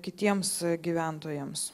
kitiems gyventojams